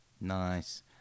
nice